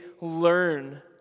learn